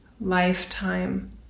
lifetime